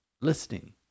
listening